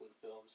films